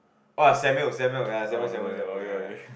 ah Samuel Samuel ya Samuel Samuel Samuel ya ya ya